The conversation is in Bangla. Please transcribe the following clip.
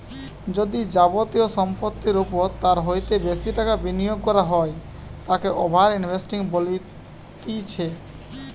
যদি যাবতীয় সম্পত্তির ওপর তার হইতে বেশি টাকা বিনিয়োগ করা হয় তাকে ওভার ইনভেস্টিং বলতিছে